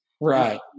Right